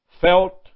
felt